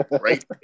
right